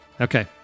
Okay